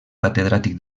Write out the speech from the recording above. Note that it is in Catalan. catedràtic